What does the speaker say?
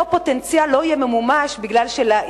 אותו פוטנציאל לא יהיה ממומש, בגלל שלעיר,